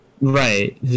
Right